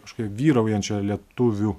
kažkokia vyraujančia lietuvių